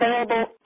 available